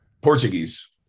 Portuguese